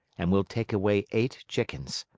and we'll take away eight chickens.